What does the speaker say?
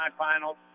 semifinals